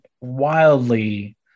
wildly